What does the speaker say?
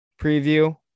preview